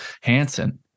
Hanson